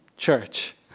Church